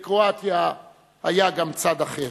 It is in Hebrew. לקרואטיה היה גם צד אחר.